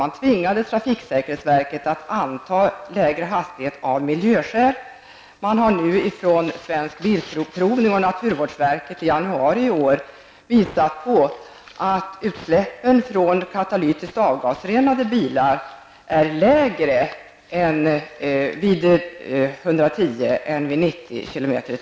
Man tvingade trafiksäkerhetsverket att anta lägre hastighet av miljöskäl. I januari i år har Svensk Bilprovning och naturvårdsverket visat att utsläppen från katalytiskt avgasrenade bilar är lägre vid 110 km/tim än vid 90.